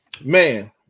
man